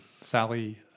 Sally